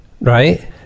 right